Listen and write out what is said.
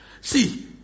See